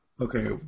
Okay